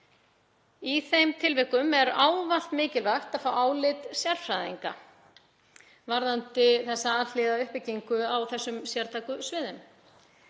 Í þeim tilvikum er ávallt mikilvægt að fá álit sérfræðinga varðandi þessa alhliða uppbyggingu á þessum sértæku sviðum.